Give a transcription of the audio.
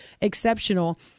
exceptional